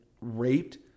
raped